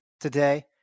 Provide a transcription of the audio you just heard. today